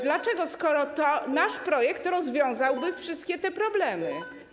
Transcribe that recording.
Dlaczego, skoro nasz projekt rozwiązałby wszystkie te problemy?